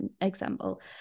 example